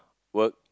work